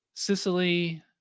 Sicily